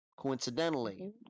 Coincidentally